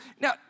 Now